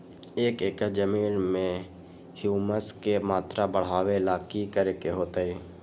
एक एकड़ जमीन में ह्यूमस के मात्रा बढ़ावे ला की करे के होतई?